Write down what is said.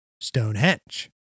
Stonehenge